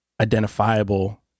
identifiable